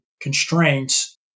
constraints